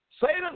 Satan